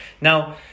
Now